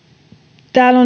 täällä